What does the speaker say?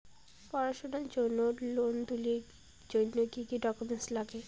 পড়াশুনার জন্যে লোন তুলির জন্যে কি কি ডকুমেন্টস নাগে?